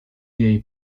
jej